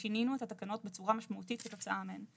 ושינינו את התקנות בצורה משמעותית כתוצאה מהן.